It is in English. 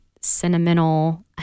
sentimental